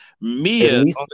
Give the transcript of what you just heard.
Mia